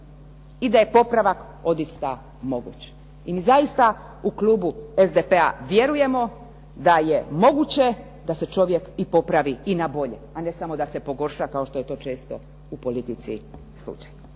i da je popravak odista moguć. I mi zaista u klubu SDP-a vjerujemo da je moguće da se čovjek i popravi i na bolje, a ne samo da se pogorša kao što je to često u politici slučaj.